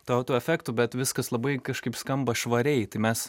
tau tų efektų bet viskas labai kažkaip skamba švariai tai mes